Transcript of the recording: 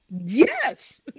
Yes